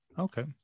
Okay